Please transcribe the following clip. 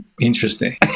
interesting